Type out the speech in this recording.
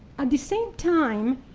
at the same time,